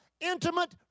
intimate